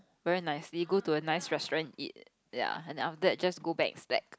wear nicely go to a nice restaurant eat ya and after that just go back slack